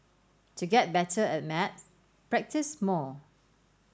to get better at maths practise more